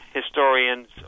historians